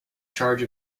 charge